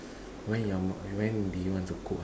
when your when do you want to cook